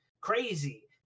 crazy